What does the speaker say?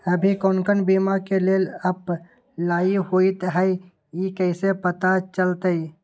अभी कौन कौन बीमा के लेल अपलाइ होईत हई ई कईसे पता चलतई?